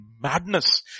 madness